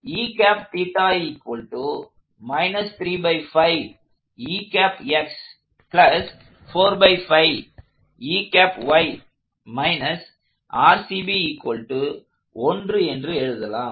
எனவே என்று எழுதலாம்